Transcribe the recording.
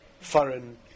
foreign